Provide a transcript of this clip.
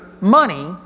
money